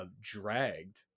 Dragged